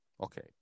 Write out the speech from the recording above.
Okay